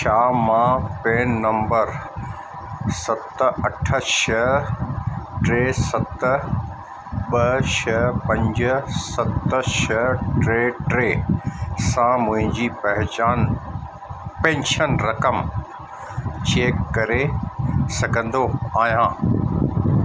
छा मां PAN number सत अठ छह टे सत ॿ छह पंज सत छह टे टे सां मुंहिंजी पहचान पैंशन रक़म चैक करे सघंदो आहियां